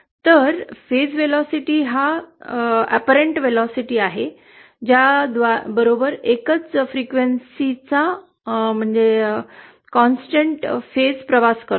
तर टप्प्याचा वेग हा स्पष्ट वेग आहे ज्याबरोबर एकाच फ्रिक्वेन्सीचा सतत टप्पा प्रवास करतो